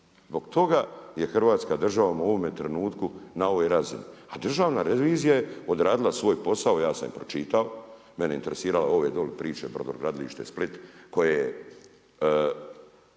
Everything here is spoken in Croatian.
Zbog toga je Hrvatska država u ovome trenutku na ovoj razini, a Državna revizija je odradila svoj posao. Ja sam je pročitao mene je interesiralo ove dolje priče Brodogradilište Split koje je